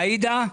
עאידה.